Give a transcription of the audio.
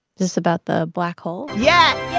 this about the black hole? yeah